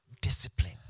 discipline